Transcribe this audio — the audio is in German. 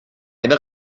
eine